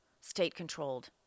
state-controlled